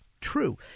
True